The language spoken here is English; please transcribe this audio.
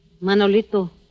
Manolito